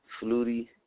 Flutie